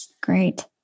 Great